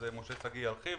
משה שגיא ירחיב.